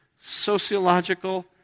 sociological